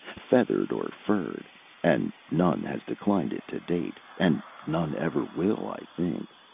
feathered or furred and none has declined it to date, and none ever will, i think.